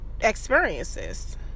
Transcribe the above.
experiences